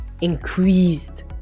increased